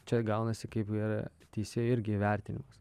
čia gaunasi kaip ir teisėjui irgi įvertinimas